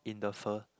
in the pho